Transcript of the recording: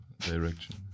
direction